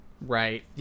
right